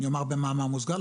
אומר במאמר מוסגר,